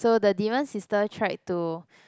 so the demon sister tried to